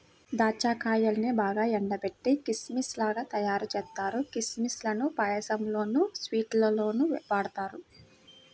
దాచ్చా కాయల్నే బాగా ఎండబెట్టి కిస్మిస్ లుగా తయ్యారుజేత్తారు, కిస్మిస్ లను పాయసంలోనూ, స్వీట్స్ లోనూ వాడతారు